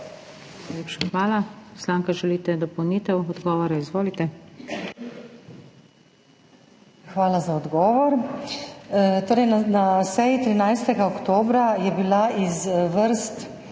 Hvala za odgovor. Na seji 13. oktobra je bila iz vrst